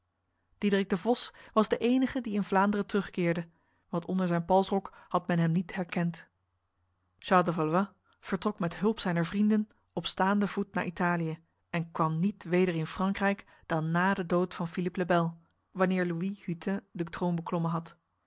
diederik de vos was de enige die in vlaanderen terugkeerde want onder zijn palsrok had men hem niet herkend charles de valois vertrok met hulp zijner vrienden op staande voet naar italië en kwam niet weder in frankrijk dan na de dood van philippe le bel wanneer louis hutin de troon beklommen had